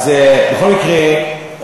אז בכל מקרה,